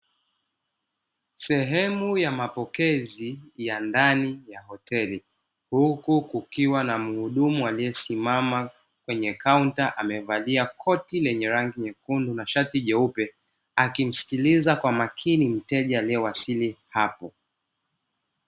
Sehemu ya mapokezi ya ndani ya hoteli huku kukiwa na muhudumu, ambaye amesimama kwenye kaunta amevalia koti la rangi nyekundu na shati jeupe akimsikiliza kwa makini mteja aliyewasili hapo.